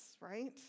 right